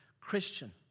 Christian